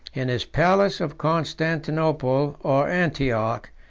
in his palace of constantinople or antioch,